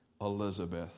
Elizabeth